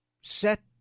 set